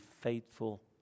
faithful